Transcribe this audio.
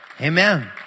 Amen